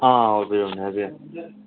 ꯑꯪ ꯑꯣꯏꯕꯤꯔꯕꯅꯤ ꯍꯥꯏꯕꯤꯌꯨ